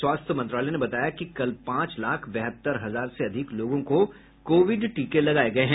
स्वास्थ्य मंत्रालय ने बताया कि कल पांच लाख बहत्तर हजार से अधिक लोगों को कोविड टीके लगाए गए हैं